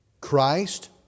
Christ